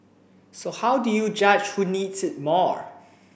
so how do you judge who needs it more